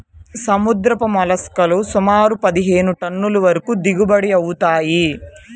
సముద్రపు మోల్లస్క్ లు సుమారు పదిహేను టన్నుల వరకు దిగుబడి అవుతాయి